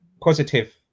positive